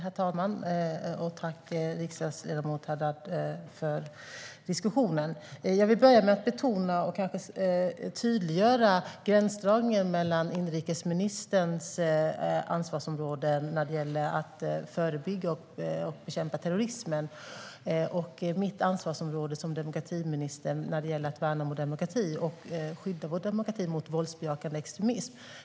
Herr talman! Jag tackar riksdagsledamot Haddad för diskussionen. Jag vill börja med att betona och kanske tydliggöra gränsdragningen mellan inrikesministerns ansvarsområde när det gäller att förebygga och bekämpa terrorismen och mitt ansvarsområde som demokratiminister när det gäller att värna om vår demokrati och skydda vår demokrati mot våldsbejakande extremism.